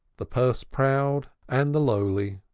the purse-proud and the lowly,